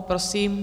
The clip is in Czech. Prosím.